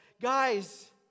guys